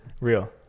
Real